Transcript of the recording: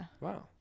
wow